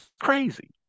crazy